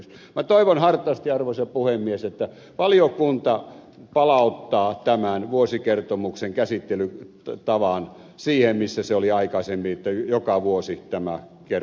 minä toivon hartaasti arvoisa puhemies että valiokunta palauttaa tämän vuosikertomuksen käsittelytavan sellaiseksi mikä se oli aikaisemmin että joka vuosi tämä kertomus käsitellään